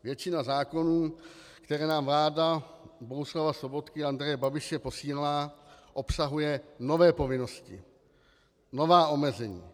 Většina zákonů, které nám vláda Bohuslava Sobotky a Andreje Babiše posílá, obsahuje nové povinnosti, nová omezení.